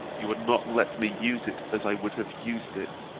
you would not let me use it as i would have used it.